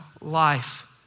life